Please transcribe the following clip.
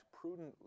prudently